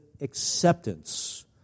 acceptance